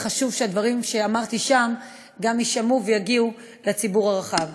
וחשוב שהדברים שאמרתי שם גם יישמעו ויגיעו לציבור הרחב.